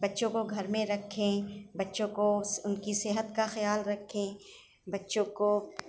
بچوں کو گھر میں رکھیں بچوں کو ان کی صحت کا خیال رکھیں بچوں کو